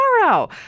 tomorrow